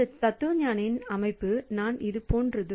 இந்த தத்துவஞானியின் அமைப்பு நான் இது போன்றது